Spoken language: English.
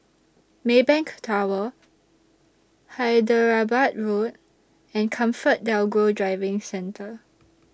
Maybank Tower Hyderabad Road and ComfortDelGro Driving Centre